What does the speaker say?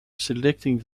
selecting